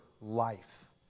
life